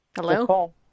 Hello